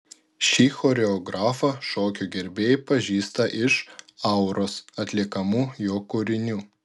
šį choreografą šokio gerbėjai pažįsta iš auros atliekamų jo kūrinių